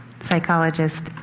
psychologist